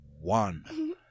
one